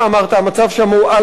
המצב שם הוא על הפנים,